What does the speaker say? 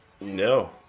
No